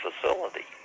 facility